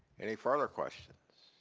any further questions?